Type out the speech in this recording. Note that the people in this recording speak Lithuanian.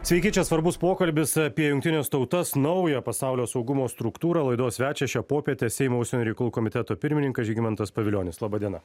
sveiki čia svarbus pokalbis apie jungtines tautas naujo pasaulio saugumo struktūrą laidos svečias šią popietę seimo užsienio reikalų komiteto pirmininkas žygimantas pavilionis laba diena